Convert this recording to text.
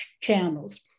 channels